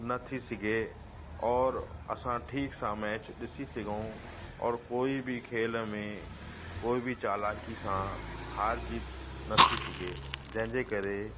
न थी सघे और असां ठीक सां मैच ॾिसी सघूं और कोई बि खेल में कोई बि चालाकी सां हार जीत न थी सघे जंहिंजे करे